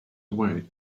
away